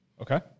Okay